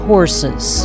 Horses